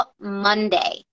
Monday